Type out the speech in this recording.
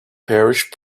parish